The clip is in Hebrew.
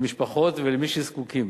למשפחות ולמי שזקוקים.